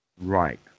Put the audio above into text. Right